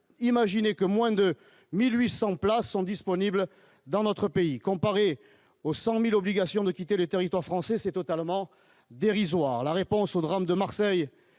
imaginer que moins de 1800 places sont disponibles dans notre pays, comparé aux 100000 obligation de quitter le territoire français, c'est totalement dérisoire la réponse au drame de Marseille